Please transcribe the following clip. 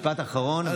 משפט אחרון ולסיים.